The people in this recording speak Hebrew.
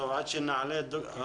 אתנו